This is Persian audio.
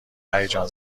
هیجان